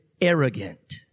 arrogant